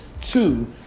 two